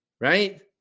right